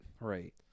Right